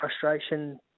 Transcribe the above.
frustration